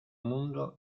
mundo